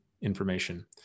information